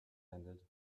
ended